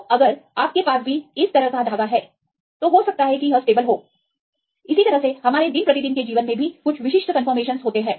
तो अगर आपके पास भी इस तरह का धागा है तो हो सकता है कि यह स्टेबलहो इसी तरह से हमारे दिन प्रतिदिन के जीवन में भी कुछ विशिष्ट कन्फर्मेशन होते हैं